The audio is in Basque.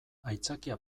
aitzakia